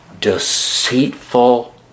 deceitful